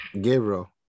Gabriel